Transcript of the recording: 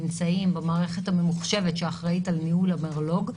הפרטים האישיים נמצאים במערכת הממוחשבת שאחראית על ניהול המרלו"ג.